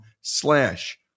slash